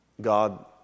God